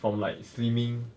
from like slimming